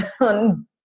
on